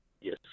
Yes